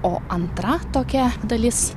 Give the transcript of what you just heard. o antra tokia dalis